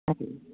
હમ